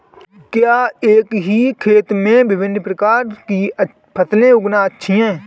क्या एक ही खेत में विभिन्न प्रकार की फसलें उगाना अच्छा है?